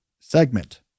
segment